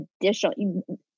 additional